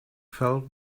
fell